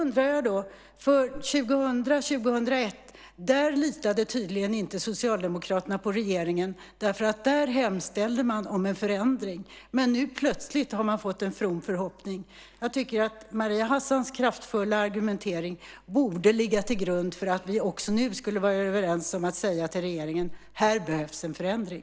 2000/01 litade tydligen inte Socialdemokraterna på regeringen, för då hemställde man om en förändring. Nu har man plötsligt fått en from förhoppning. Jag tycker att Maria Hassans kraftfulla argumentering borde ligga till grund för att vi också nu skulle vara överens om att säga till regeringen: Här behövs en förändring!